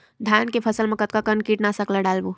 धान के फसल मा कतका कन कीटनाशक ला डलबो?